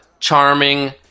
Charming